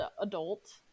adult